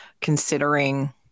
considering